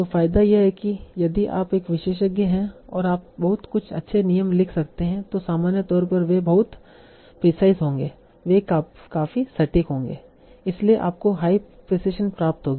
तो फायदा यह है कि यदि आप एक विशेषज्ञ हैं और आप बहुत अच्छे नियम लिख सकते हैं तो सामान्य तौर पर वे बहुत प्रीसाइस होंगे वे काफी सटीक होंगे इसलिए आपको हाई प्रिसिशन प्राप्त होगी